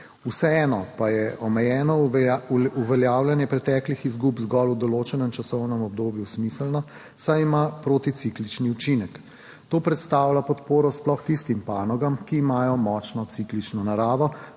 Vseeno pa je omejeno uveljavljanje preteklih izgub zgolj v določenem časovnem obdobju smiselno, saj ima proticiklični učinek. To predstavlja podporo sploh tistim panogam, ki imajo močno ciklično naravo,